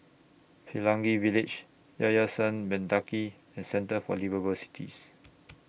Pelangi Village Yayasan Mendaki and Centre For Liveable Cities